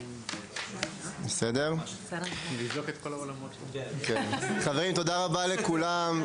תודה רבה לכולם.